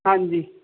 ਹਾਂਜੀ